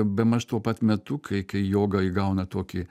bemaž tuo pat metu kai kai joga įgauna tokį